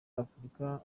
afurika